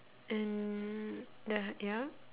and that ya